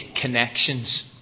connections